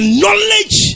knowledge